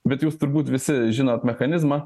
bet jūs turbūt visi žinot mechanizmą